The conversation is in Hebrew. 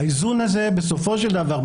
האיזון הזה בסופו של דבר,